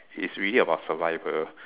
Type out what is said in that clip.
it's really about survivor